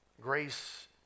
Grace